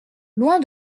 loin